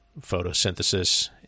photosynthesis